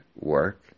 work